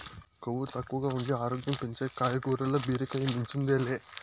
కొవ్వు తక్కువగా ఉండి ఆరోగ్యం పెంచే కాయగూరల్ల బీరకాయ మించింది లే